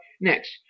next